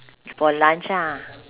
for lunch ah